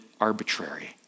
arbitrary